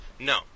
No